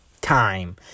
time